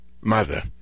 mother